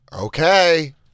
okay